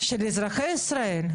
שלאזרחי ישראל,